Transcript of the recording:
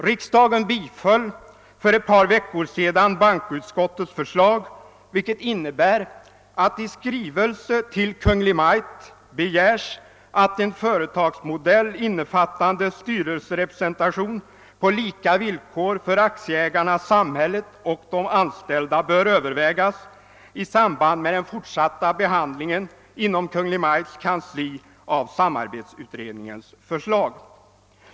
Riksdagen biföll för ett par veckor sedan bankoutskottets förslag, vilket innebär att riksdagen i skrivelse till Kungl. Maj:t begär att en företagsmodell innefattande styrelserepresentation på lika villkor för aktieägarna, samhället och de anställda bör övervägas i samband med den fortsatta behandlingen inom Kungl. Maj:ts kansli av samarbetsutredningens förslag.